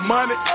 Money